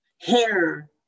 hair